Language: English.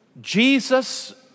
Jesus